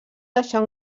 deixar